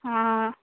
অঁ